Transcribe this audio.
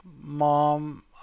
Mom